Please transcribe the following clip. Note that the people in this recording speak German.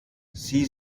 sie